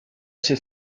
się